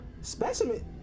Specimen